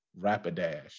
Rapidash